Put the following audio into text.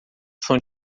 são